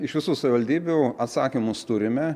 iš visų savivaldybių atsakymus turime